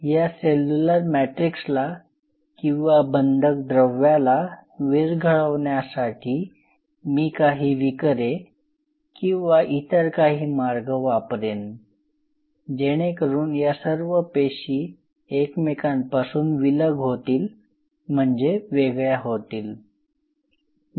या सेल्युलर मॅट्रिक्सला किंवा बंधक द्रव्याला विरघळवण्यासाठी मी काही विकरे किंवा इतर काही मार्ग वापरेन जेणेकरून या सर्व पेशी एकमेकांपासून विलग होतील म्हणजे वेगळ्या होतील